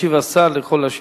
השר ישיב על כל השאלות.